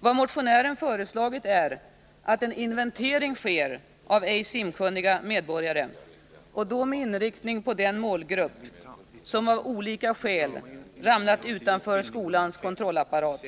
Vad motionären föreslagit är att en inventering skall ske av ej simkunniga medborgare och då med inriktning på den målgrupp som av olika skäl ramlat utanför skolans kontrollapparat.